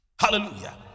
hallelujah